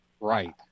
right